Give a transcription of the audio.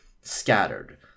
scattered